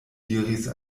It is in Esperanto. diris